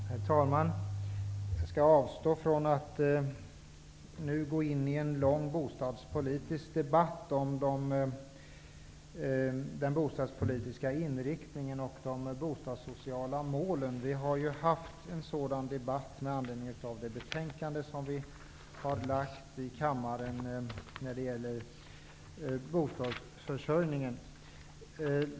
Herr talman! Jag skall avstå från att nu gå in i en lång bostadspolitisk debatt om bostadspolitikens inriktning och de bostadssociala målen. Vi har ju haft en sådan debatt med anledning av bostadsutskottets betänkande om bostadsförsörjningen.